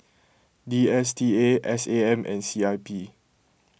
D S T A S A M and C I P